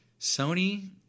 Sony